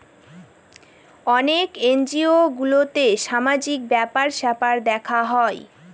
অনেক এনজিও গুলোতে সামাজিক ব্যাপার স্যাপার দেখা হয়